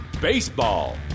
Baseball